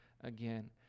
again